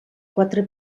quatre